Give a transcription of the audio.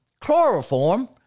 Chloroform